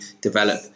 develop